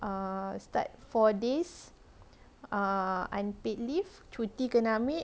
err start for this err unpaid leave cuti kena ambil